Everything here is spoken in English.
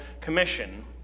Commission